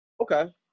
Okay